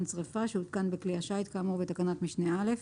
שריפה שהותקן בכלי השיט כאמור בתקנת משנה (א),